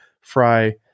fry